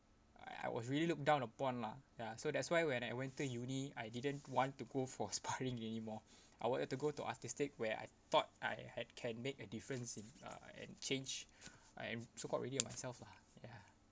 I I was really looked down upon lah ya so that's why when I went to uni I didn't want to go for sparring anymore I wanted to go to artistic where I thought I had can make a difference in uh and change I am so called redeeming myself lah ya